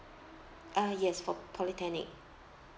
uh yes for polytechnic